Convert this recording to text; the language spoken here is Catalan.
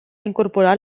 incorporar